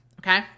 okay